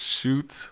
Shoot